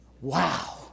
Wow